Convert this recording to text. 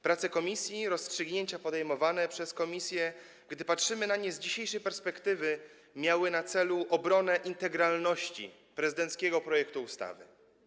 Prace komisji, rozstrzygnięcia podejmowane przez komisję, gdy patrzymy na nie z dzisiejszej perspektywy, miały na celu obronę integralności prezydenckiego projektu ustawy.